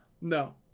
No